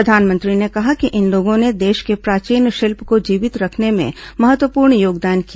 प्रधानमंत्री ने कहा कि इन लोगों ने देश के प्राचीन शिल्प को जीवित रखने में महत्वपूर्ण योगदान किया